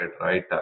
right